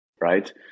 right